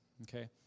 okay